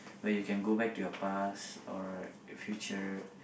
where you can go back to your past or future